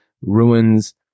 ruins